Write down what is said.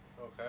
Okay